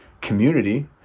community